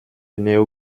néo